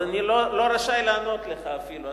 אז אני לא רשאי לענות לך אפילו.